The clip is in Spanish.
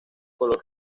color